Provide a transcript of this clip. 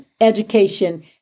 education